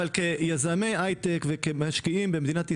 אבל כיזמי הייטק וכמשקיעים במדינת ישראל,